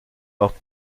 morte